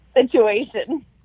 situation